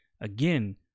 again